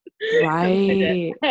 Right